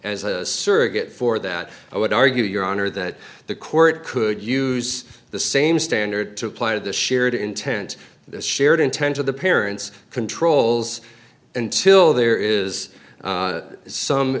as a surrogate for that i would argue your honor that the court could use the same standard to apply to the shared intent the shared intent of the parents controls until there is some